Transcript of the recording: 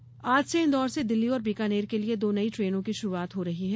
train आज से इन्दौर से दिल्ली और बीकानेर के लिए दो नई ट्रेनों की शुरूआत हो रही है